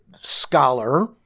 scholar